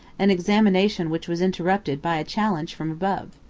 an examination which was interrupted by a challenge from above.